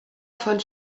von